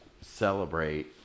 celebrate